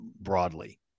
broadly